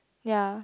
ya